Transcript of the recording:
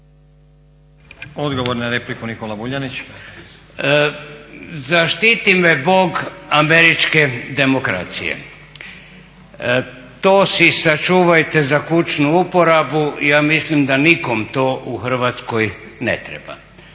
**Vuljanić, Nikola (Nezavisni)** Zaštiti me Bog američke demokracije. To si sačuvajte za kućnu uporabu, ja mislim da nikome u Hrvatskoj ne treba.